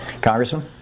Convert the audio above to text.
congressman